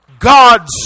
God's